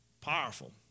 powerful